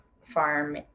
farm